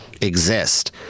exist